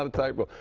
um typo.